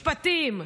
משפטים,